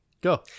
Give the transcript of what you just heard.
Go